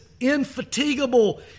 infatigable